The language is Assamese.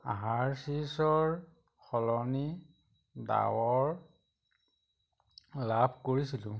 হাৰ্সীছৰ সলনি ডাৱৰ লাভ কৰিছিলোঁ